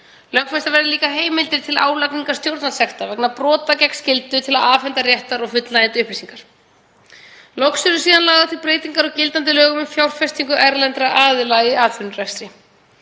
Lögfest verði líka heimild til álagningar stjórnvaldssekta vegna brota gegn skyldu til að afhenda réttar og fullnægjandi upplýsingar. Loks eru lagðar til breytingar á gildandi lögum um fjárfestingu erlendra aðila í atvinnurekstri.